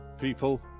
people